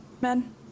men